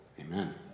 Amen